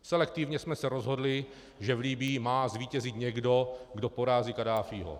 Selektivně jsme se rozhodli, že v Libyi má zvítězit někdo, kdo porazí Kaddáfího.